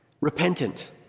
repentant